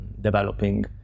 developing